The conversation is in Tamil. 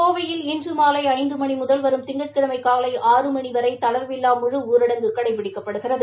கோவையில் இன்று மாலை ஐந்து மணி முதல் திங்கட்கிழமை காலை ஆறு மணி வரை தளா்வில்லா முழு ஊரடங்கு கடைபிடிக்கப்படுகிறது